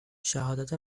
شهادت